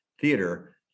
theater